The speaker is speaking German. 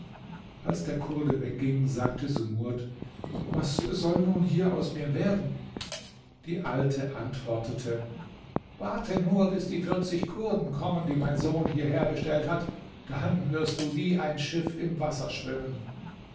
als der kurde wegging sagte sumurd was soll nun hier aus mir werden die alte antwortete warte nur bis die vierzig kurden kommen die mein sohn hierher bestellt hat dann wirst du wie ein schiff im wasser schwimmen